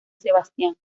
sebastián